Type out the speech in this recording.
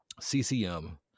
CCM